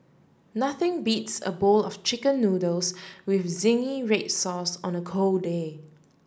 nothing beats a bowl of chicken noodles with zingy red sauce on a cold day